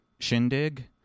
Shindig